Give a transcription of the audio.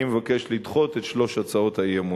אני מבקש לדחות את שלוש הצעות האי-אמון.